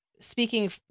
speaking